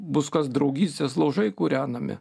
bus kas draugystės laužai kūrenami